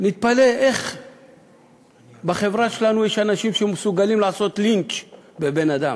נתפלא איך בחברה שלנו יש אנשים שמסוגלים לעשות לינץ' בבן-אדם.